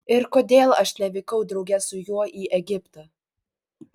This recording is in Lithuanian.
ir kodėl aš nevykau drauge su juo į egiptą